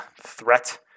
threat